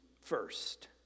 first